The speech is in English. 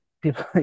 People